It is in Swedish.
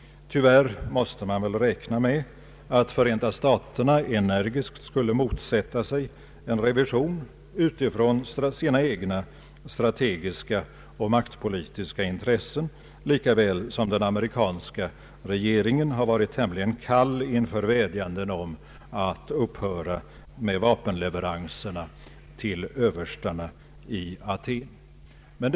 Tyvärr måste man väl räkna med att Förenta staterna energiskt skulle motsätta sig en revision utifrån sina egna strategiska och maktpolitiska intressen, lika väl som den amerikanska regeringen har varit tämligen kall inför vädjanden om att upphöra med vapenleveranserna till överstarna i Aten.